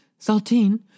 Saltine